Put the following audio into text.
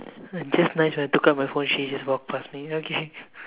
uh just nice when I took out my phone she just walk past me okay